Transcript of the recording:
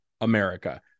America